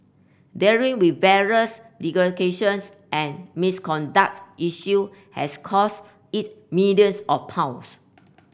dealing with various and misconduct issue has cost it billions of pounds